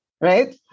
right